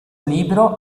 libro